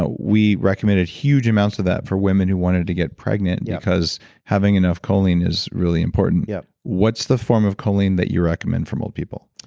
ah we recommended huge amounts of that for women who wanted to get pregnant yeah because having enough choline is really important yeah what's the form of choline that you recommend for mold people?